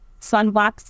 sunblocks